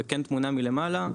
כן בתמונה מלמעלה,